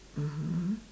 mmhmm